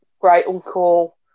great-uncle